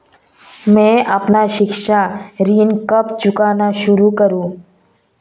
मैं अपना शिक्षा ऋण कब चुकाना शुरू करूँ?